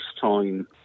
time